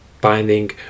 Binding